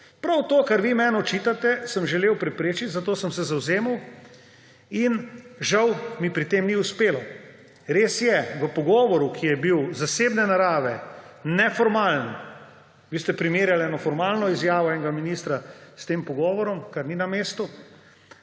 Prav to, kar vi meni očitate, sem želel preprečiti, za to sem se zavzemal in žal mi pri tem ni uspelo. Res je, v pogovoru, ki je bil zasebne narave, neformalen – vi ste primerjali eno formalno izjavo enega ministra s tem pogovorom, kar ni na mestu